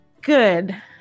good